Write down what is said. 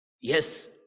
yes